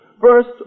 First